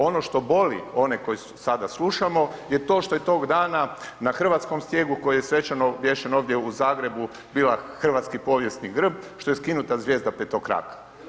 Ono što boli one koje sada slušamo je to što je tog dana na hrvatskom stijegu koji je svečano obješen ovdje u Zagrebu, bila hrvatski povijesti grb što je skinuta zvijezda petokraka.